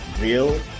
real